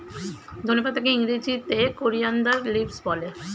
ধনে পাতাকে ইংরেজিতে কোরিয়ানদার লিভস বলে